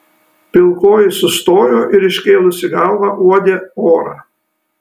pilkoji sustojo ir iškėlusi galvą uodė orą